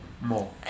more